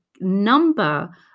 number